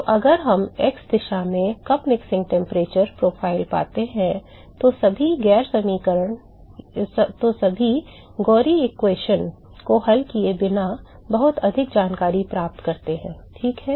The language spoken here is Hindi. तो अगर हम x दिशा में कप मिश्रण तापमान प्रोफ़ाइल पाते हैं तो हम सभी गैरी समीकरणों को हल किए बिना बहुत अधिक जानकारी प्राप्त करते हैं ठीक है